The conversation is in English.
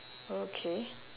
okay